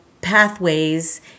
pathways